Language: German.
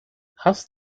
hast